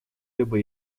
либо